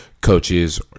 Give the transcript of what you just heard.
coaches